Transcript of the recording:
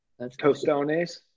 tostones